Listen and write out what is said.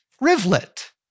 rivulet